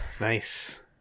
Nice